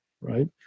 right